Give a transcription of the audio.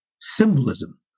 symbolism